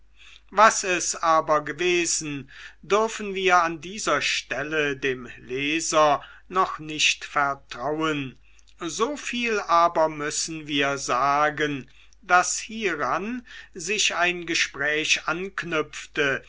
was es aber gewesen dürfen wir an dieser stelle dem leser noch nicht vertrauen so viel aber müssen wir sagen daß hieran sich ein gespräch anknüpfte